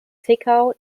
zwickau